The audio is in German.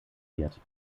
wird